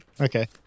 Okay